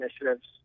initiatives